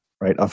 right